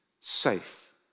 safe